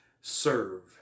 serve